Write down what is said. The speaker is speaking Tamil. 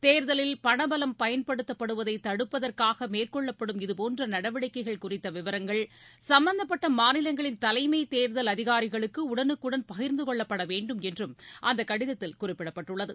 தேர்தலில் பண்பலம் பயன்படுத்தப்படுவதைதடுப்பதற்காகமேற்கொள்ளப்படும் இதபோன்றநடவடிக்கைகள் குறித்தவிவரங்கள் சம்பந்தப்பட்டமாநிலங்களின் தலைமேதே்தல் அதிகாரிகளுக்குஉடனுக்குடன் பகிர்ந்துகொள்ளப்படவேண்டும் என்றம் அந்தகடதத்தில் குறிப்பிடப்பட்டுள்ளது